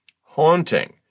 Haunting